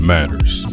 Matters